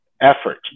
effort